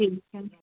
ਠੀਕ ਆ